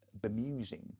bemusing